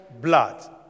blood